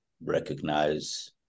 recognize